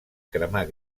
cremar